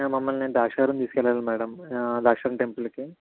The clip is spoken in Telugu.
మమ్మల్ని ద్రాక్షారాం తీసుకెళ్లాలి మ్యాడం ద్రాక్షారాం టెంపుల్ కి